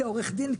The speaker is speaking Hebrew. כעורך דין,